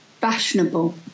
fashionable